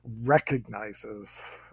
recognizes